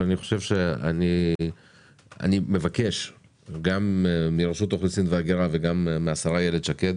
אני מבקש גם מרשות האוכלוסין וההגירה וגם מהשרה איילת שקד